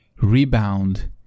Rebound